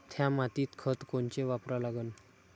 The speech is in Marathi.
थ्या मातीत खतं कोनचे वापरा लागन?